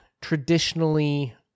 traditionally